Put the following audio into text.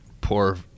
Poor